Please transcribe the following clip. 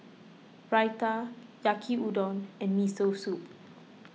Raita Yaki Udon and Miso Soup